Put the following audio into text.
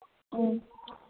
ꯑꯥ